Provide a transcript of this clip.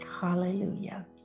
Hallelujah